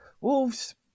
Wolves